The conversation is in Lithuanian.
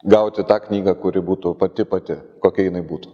gauti tą knygą kuri būtų pati pati kokia jinai būtų